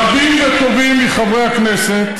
רבים וטובים מחברי הכנסת,